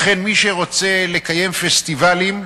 לכן, מי שרוצה לקיים פסטיבלים,